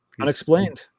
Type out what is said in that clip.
unexplained